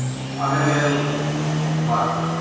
ᱟᱨᱮ ᱜᱮᱞ ᱵᱟᱨ